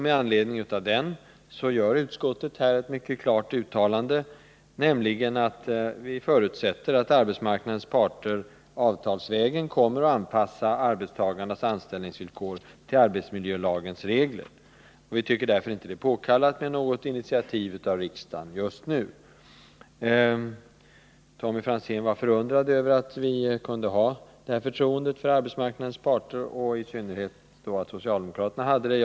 Med anledning av den gör utskottet ett mycket klart uttalande, nämligen att vi förutsätter att arbetsmarknadens parter avtalsvägen kommer att anpassa arbetstagarnas anställningsvillkor till arbetsmiljölagens regler. Vi tycker därför inte att det är påkallat med något initiativ från riksdagen just nu. Tommy Franzén var förundrad över att vi kunde visa detta förtroende för arbetsmarknadens parter, i synnerhet över att socialdemokraterna kunde göra det.